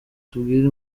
tubwire